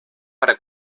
para